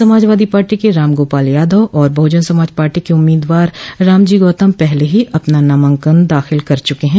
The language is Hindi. समाजवादी पार्टी के राम गोपाल यादव और बहुजन समाज पार्टी के उम्मीदवार रामजी गौतम पहले ही अपना नामांकन दाखिल कर चुके हैं